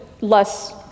less